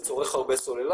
זה אומנם צורך הרבה סוללה,